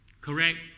Correct